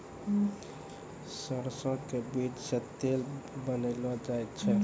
सरसों के बीज सॅ तेल बनैलो जाय छै